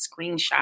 screenshot